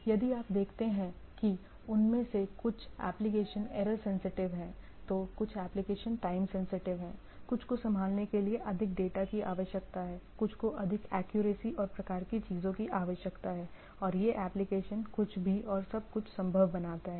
यदि आप देखते हैं कि उनमें से कुछ एप्लिकेशन एरर सेंसेटिव हैं तो कुछ एप्लिकेशन टाइम सेंसेटिव हैं कुछ को संभालने के लिए अधिक डेटा की आवश्यकता है कुछ को अधिक एक्यूरेसी और प्रकार की चीजों की आवश्यकता है और यह एप्लिकेशन कुछ भी और सब कुछ संभव बनाता है